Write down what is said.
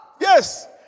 Yes